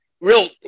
real